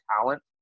talent